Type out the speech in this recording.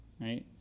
right